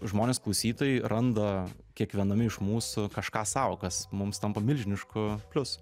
žmonės klausytojai randa kiekviename iš mūsų kažką sau kas mums tampa milžinišku pliusu